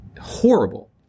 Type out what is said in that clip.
Horrible